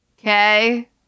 okay